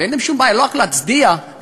ואין להם שום בעיה לא רק להצדיע ולשיר,